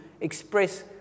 express